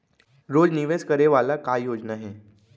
रोज निवेश करे वाला का योजना हे?